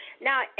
Now